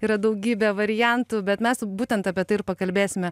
yra daugybė variantų bet mes būtent apie tai ir pakalbėsime